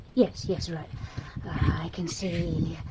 yes, yes, right, i can see,